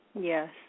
Yes